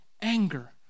Anger